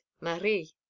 marie